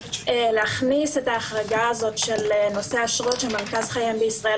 להכניס את ההחרגה של נושא אשרות של מרכז חיים בישראל.